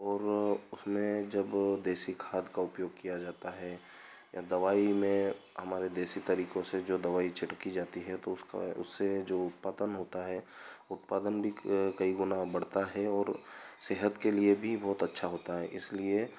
और उसमें जब देसी खाद का उपयोग किया जाता है या दवाई में हमारे देसी तरीकों से जो दवाई छिड़की जाती है तो उसका उससे जो उत्पादन होता है उत्पादन भी कई गुणा बढ़ता है और सेहत के लिए बहुत अच्छा होता है इसलिए